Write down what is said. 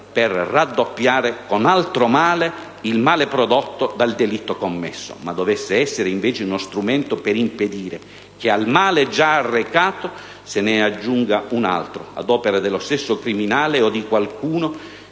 per «raddoppiare con altro male il male prodotto dal delitto commesso», ma uno strumento per impedire che al male già arrecato se ne aggiunga altro, ad opera dello stesso criminale o di qualcuno